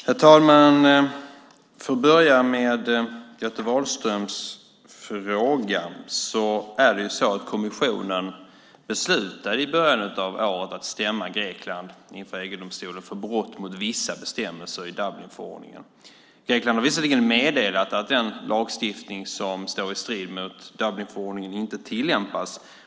Herr talman! Jag börjar med Göte Wahlströms fråga. Kommissionen beslutade i början av året att stämma Grekland inför EG-domstolen för brott mot vissa bestämmelser i Dublinförordningen. Grekland har visserligen meddelat att den lagstiftning som står i strid med Dublinförordningen inte tillämpas.